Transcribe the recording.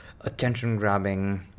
attention-grabbing